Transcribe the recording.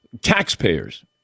taxpayers